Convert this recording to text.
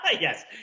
yes